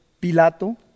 Pilato